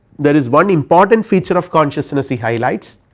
there is one important feature of consciousness he highlights